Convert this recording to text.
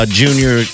junior